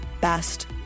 best